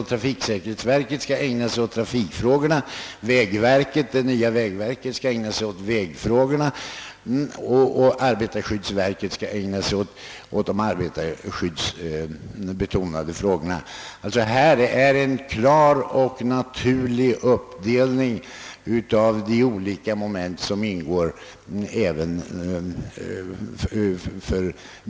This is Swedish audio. Trafiksäkerhetsverket skall ägna sig åt trafiksäkerhetsfrågorna, det nya vägverket skall ägna sig åt vägfrågorna och arbetarskyddsverket slutligen åt arbetarskyddsfrågorna. Här föreligger alltså en klar och naturlig uppdelning av de olika moment, som ingår i vägtrafiken.